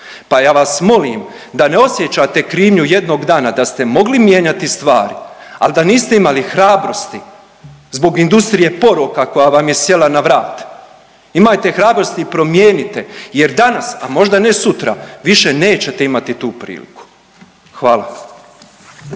pa ja vas molim da ne osjećate krivnju jednog dana da ste mogli mijenjati stvari, ali da niste imali hrabrosti zbog industrije poroka koja vam je sjela na vrat. Imajte hrabrosti i promijenite jer danas, a možda ne sutra više nećete imati tu priliku. Hvala.